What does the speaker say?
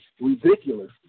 ridiculous